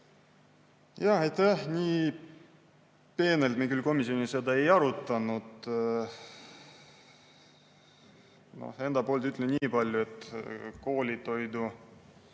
Nii peenelt me komisjonis seda ei arutanud. Enda poolt ütlen nii palju, et koolitoidu